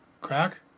crack